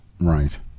Right